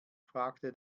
fragte